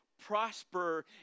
prosper